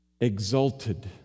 exalted